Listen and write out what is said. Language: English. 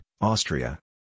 Austria